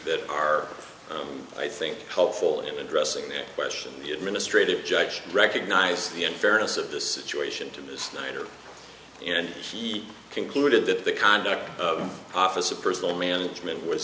that are i think helpful in addressing that question the administrative judge recognize the unfairness of the situation to miss niner and he concluded that the conduct of office of personnel management was